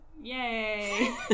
Yay